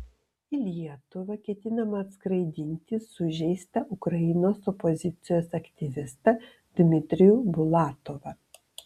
į lietuvą ketinama atskraidinti sužeistą ukrainos opozicijos aktyvistą dmitrijų bulatovą